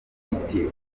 iti